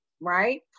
right